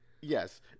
Yes